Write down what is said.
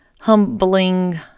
humbling